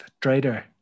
trader